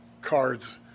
cards